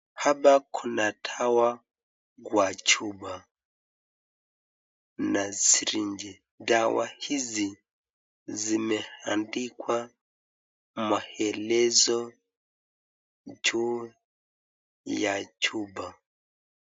Hapa kuna dawa kwa chupa na srinji . Dawa hizi zimeandikwa maelezo juu ya chupa.